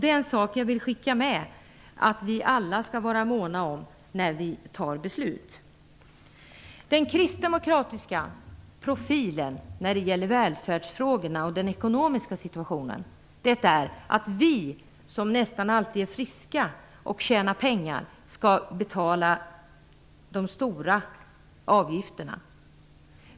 Det bör vi alla vara måna om när vi fattar beslutet. Den kristdemokratiska profilen när det gäller välfärdsfrågorna och den ekonomiska situationen är att vi som nästan alltid är friska och tjänar pengar skall betala de stora avgifterna.